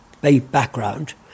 background